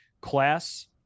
Class